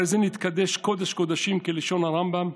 הרי זה מתקדש קודש-קודשים, כלשון הרמב"ם.